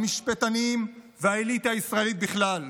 המשפטנים והאליטה הישראלית בכלל.